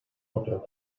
otro